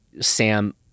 Sam